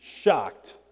shocked